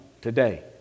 today